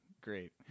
great